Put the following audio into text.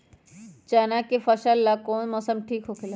चाना के फसल ला कौन मौसम ठीक होला?